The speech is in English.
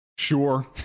sure